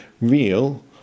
real